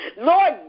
Lord